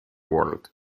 world